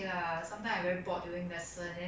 then I scroll through facebook laugh laugh laugh